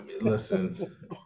Listen